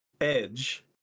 edge